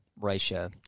ratio